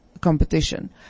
competition